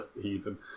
heathen